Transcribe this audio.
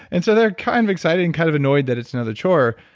and so they're kind of excited and kind of annoyed that it's another chore,